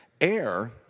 Air